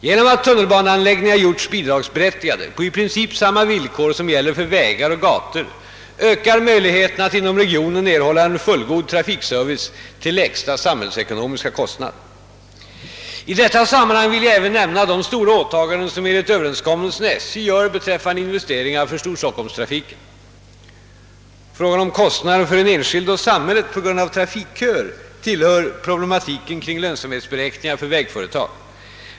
Genom att tunnelbaneanläggningar gjorts bidragsberättigade på i princip samma villkor som gäller för vägar och gator ökar möjligheterna att inom regionen erhålla en fullgod trafikservice till lägsta samhällsekonomiska kostnad. I detta sammanhang vill jag även nämna de stora åtaganden som enligt överenskommelsen SJ gör beträffande investeringar för storstockholmstrafiken. Frågan om kostnaderna för den enskilde och samhället på grund av trafikköer tillhör problematiken kring lönsamhetsberäkningar för = vägföretag.